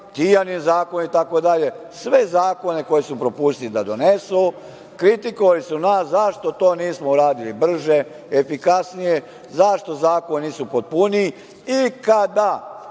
Tijanin zakon itd. sve zakone koje su propustili da donesu, kritikovali su nas zašto to nismo radili brže, efikasnije, zašto zakoni nisu potpuniji. A kada